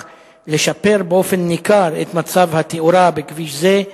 לשפר באופן ניכר את מצב התאורה בכביש זה,